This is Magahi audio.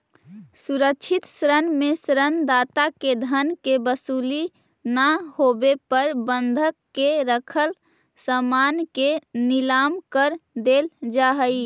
सुरक्षित ऋण में ऋण दाता के धन के वसूली ना होवे पर बंधक के रखल सामान के नीलाम कर देल जा हइ